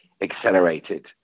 accelerated